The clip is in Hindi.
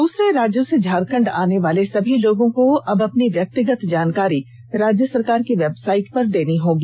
दूसरे राज्यों से झारखंड आनेवाले सभी लोगों को अब अपनी व्यक्तिगत जानकारी राज्य सरकार की वेबसाइट पर देनी होगी